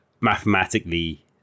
mathematically